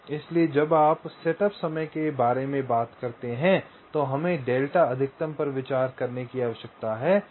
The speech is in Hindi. इसलिए जब आप सेटअप समय के बारे में बात करते हैं तो हमें डेल्टा अधिकतम पर विचार करने की आवश्यकता है